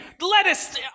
lettuce